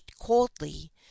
coldly